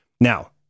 Now